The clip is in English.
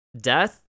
death